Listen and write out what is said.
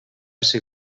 ser